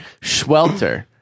Schwelter